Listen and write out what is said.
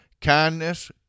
kindness